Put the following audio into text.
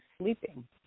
sleeping